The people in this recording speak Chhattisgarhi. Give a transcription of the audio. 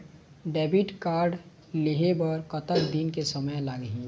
डेबिट कारड लेहे बर कतेक दिन के समय लगही?